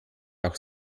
auch